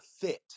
fit